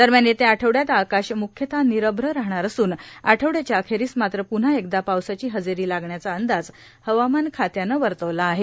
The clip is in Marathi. दरम्यान येत्या आठवड्यात आकाश मुख्यतः निरभ्र राहणार असून आठवड्याच्या अखेरीस मात्र पून्हा एकदा पावसाची हजेरी लागण्याचा अंदाज हवामान खात्यानं वर्तवला आहे